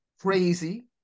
crazy